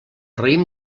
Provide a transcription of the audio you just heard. raïm